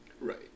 Right